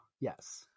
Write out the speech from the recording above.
yes